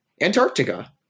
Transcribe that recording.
Antarctica